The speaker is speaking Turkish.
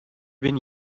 bin